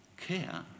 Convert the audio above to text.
care